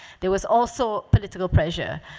there was also political pressure.